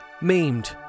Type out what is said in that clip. maimed